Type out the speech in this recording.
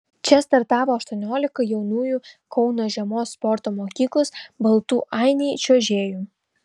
čia startavo aštuoniolika jaunųjų kauno žiemos sporto mokyklos baltų ainiai čiuožėjų